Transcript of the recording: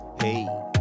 hey